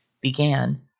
began